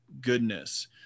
goodness